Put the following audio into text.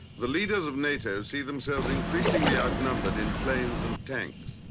the leaders of nato see themselves increasingly outnumbered in planes and tanks.